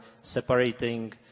separating